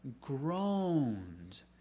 groaned